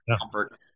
comfort